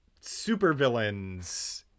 supervillains